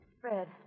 Fred